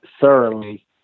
thoroughly